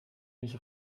mich